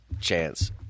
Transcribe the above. chance